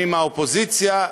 אני מהאופוזיציה,